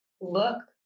look